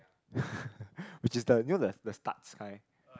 ppo which is the you know the the studs kind